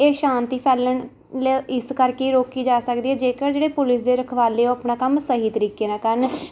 ਇਹ ਅਸ਼ਾਂਤੀ ਫੈਲਣ ਲ ਇਸ ਕਰਕੇ ਰੋਕੀ ਜਾ ਸਕਦੀ ਹੈ ਜੇਕਰ ਜਿਹੜੇ ਪੁਲਿਸ ਦੇ ਰਖਵਾਲੇ ਉਹ ਆਪਣਾ ਕੰਮ ਸਹੀ ਤਰੀਕੇ ਨਾਲ ਕਰਨ